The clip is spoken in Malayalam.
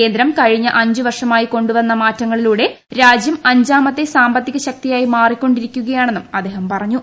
കേന്ദ്രം കഴിഞ്ഞ അഞ്ച് വർഷമായി കൊണ്ടുവന്ന മാറ്റങ്ങളിലൂടെയും രാജ്യം അഞ്ചാമത്തെ സാമ്പത്തിക ശക്തിയായി മാറികൊണ്ടിരിക്കുകയാണെന്നും അദ്ദേഹം പറഞ്ഞു